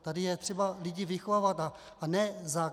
Tady je třeba lidi vychovávat, a ne zákazy.